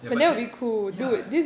ya but tech~ ya